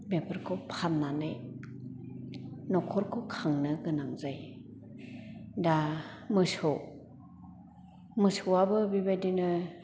बेफोरखौ फानानै नखरखौ खांनो गोनां जायो दा मोसौ मोसौआबो बेबायदिनो